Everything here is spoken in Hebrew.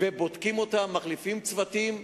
ובודקים אותם, מחליפים צוותים.